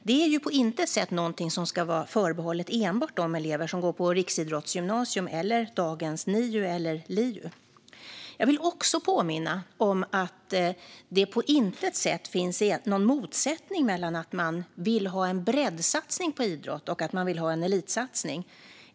Det är på intet sätt någonting som ska vara förbehållet enbart de elever som går på riksidrottsgymnasium eller dagens NIU eller LIU. Jag vill också påminna om att det på intet sätt finns någon motsättning mellan att man vill ha en breddsatsning på idrott och att man vill ha en elitsatsning.